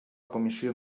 comissió